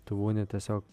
tu būni tiesiog